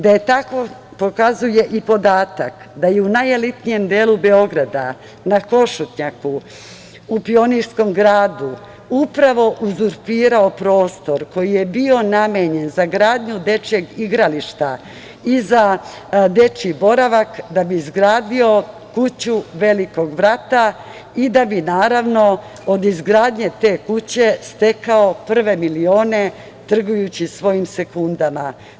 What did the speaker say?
Da je tako pokazuje i podatak da je u najelitnijem delu Beograda, na Košutnjaku u Pionirskom gradu, upravo uzurpirao prostor koji je bio namenjen za gradnju dečijeg igrališta i za dečiji boravak da bi izgradio kuću „Velikog brata“ i da bi, naravno, od izgradnje te kuće stekao prve milione, trgujući svojim sekundama.